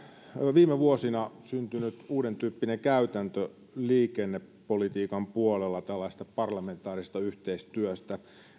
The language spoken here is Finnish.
viime vuosina syntynyt uudentyyppinen käytäntö liikennepolitiikan puolella tällaisesta parlamentaarisesta yhteistyöstä